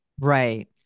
Right